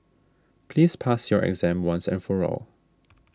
please pass your exam once and for all